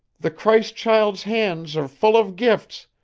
the christ-child's hands are full of gifts,